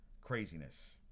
craziness